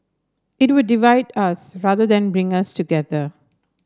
it would divide us rather than bring us together